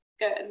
Good